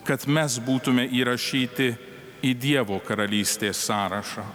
kad mes būtume įrašyti į dievo karalystės sąrašą